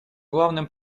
главным